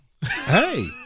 Hey